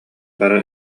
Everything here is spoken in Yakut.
бары